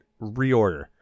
reorder